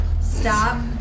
Stop